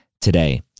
today